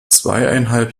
zweieinhalb